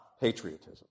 patriotism